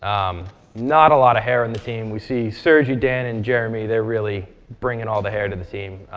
um not a lot of hair on the team. we see sergey, dan, and jeremy, they're really bringing in all the hair to the team.